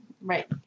Right